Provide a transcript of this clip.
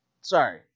Sorry